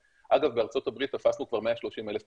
אגב, בארצות הברית תפסנו כבר 130,000 פדופילים,